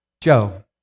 Joe